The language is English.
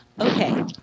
Okay